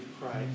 Christ